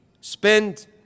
spend